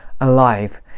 alive